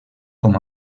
com